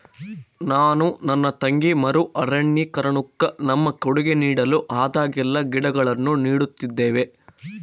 ನಾನು ನನ್ನ ತಂಗಿ ಮರು ಅರಣ್ಯೀಕರಣುಕ್ಕ ನಮ್ಮ ಕೊಡುಗೆ ನೀಡಲು ಆದಾಗೆಲ್ಲ ಗಿಡಗಳನ್ನು ನೀಡುತ್ತಿದ್ದೇವೆ